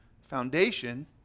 foundation